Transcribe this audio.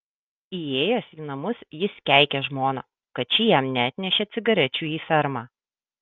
įėjęs į namus jis keikė žmoną kad ši jam neatnešė cigarečių į fermą